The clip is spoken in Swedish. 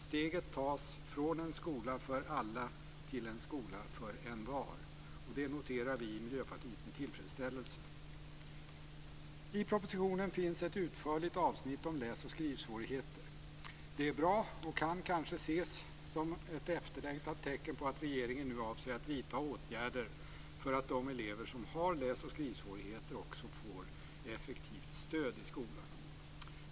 Steget tas från en skola för alla till en skola för envar. Det noterar vi i Miljöpartiet med tillfredsställelse. I propositionen finns ett utförligt avsnitt om läsoch skrivsvårigheter. Det är bra och kan kanske ses som ett efterlängtat tecken på att regeringen nu avser att vidta åtgärder för att de elever som har läs och skrivsvårigheter också får effektivt stöd i skolan.